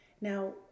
Now